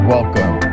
Welcome